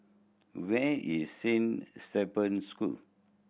where is Saint Stephen's School